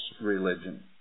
religion